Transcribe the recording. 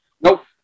Nope